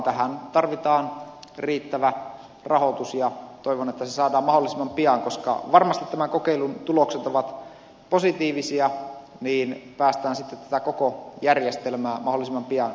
tähän tarvitaan riittävä rahoitus ja toivon että se saadaan mahdollisimman pian koska varmasti tämän kokeilun tulokset ovat positiivisia vili vastas että koko järjestelmä olisi oppia